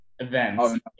events